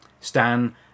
Stan